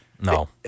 No